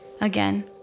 Again